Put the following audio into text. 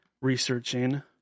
researching